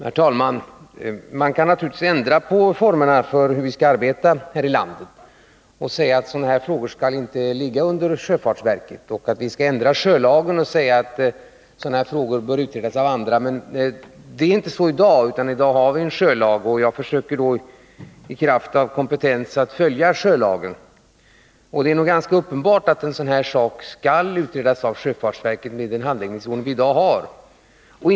Herr talman! Man kan naturligtvis ändra på formerna för hur vi skall arbeta här i landet och säga att sådana här frågor inte skall ligga under sjöfartsverket. Man kan naturligtvis också ändra sjölagen och säga att sådana här frågor bör utredas av andra. Men det är inte så i dag, utan i dag har vi en sjölag som säger vem som skall utreda den här typen av frågor, och jag försöker att i kraft av min kompetens följa sjölagen. Det är nog ganska uppenbart att en sådan här fråga, med den handläggningsordning vii dag har, skall utredas av sjöfartsverket.